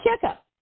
checkup